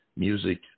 Music